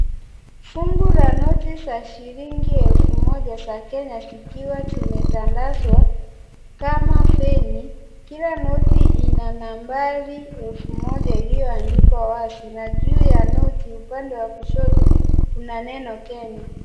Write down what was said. Fungu la noti za shilingi elfu moja za kenya, zikiwa zimetandazwa, kama feni. Kila noti ina nambari elfu moja iliyoandikwa wazi, na juu ya noti upande wa kushoto kuna neno Kenya.